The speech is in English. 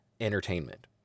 entertainment